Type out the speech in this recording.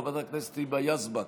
חברת הכנסת היבה יזבק,